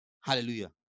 Hallelujah